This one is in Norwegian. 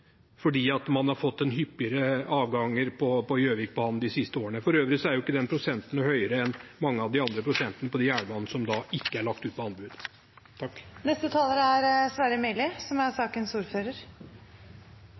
fordi man har fått hyppigere avganger på Gjøvikbanen de siste årene. Den prosenten er for øvrig ikke høyere enn mange av de andre prosentene på jernbane som ikke er lagt ut på anbud.